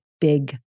big